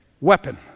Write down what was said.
weapon